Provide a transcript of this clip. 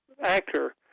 actor